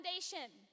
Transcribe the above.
foundation